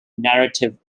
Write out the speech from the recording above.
narrative